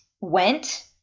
went